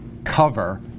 Cover